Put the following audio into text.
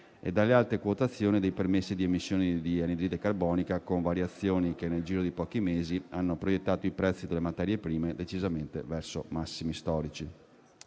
e delle alte quotazioni dei permessi di emissione di anidride carbonica, con variazioni che, nel giro di pochi mesi, hanno proiettato i prezzi delle materie prime decisamente verso massimi storici.